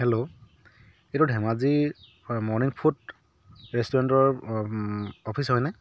hello এইটো ধেমাজি হয় morning food ৰেষ্টুৰেণ্টৰ অফিছ হয়নে